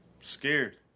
Scared